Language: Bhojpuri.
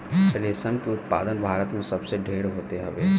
रेशम के उत्पादन भारत में सबसे ढेर होत हवे